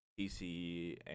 PC